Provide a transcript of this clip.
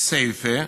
כסייפה,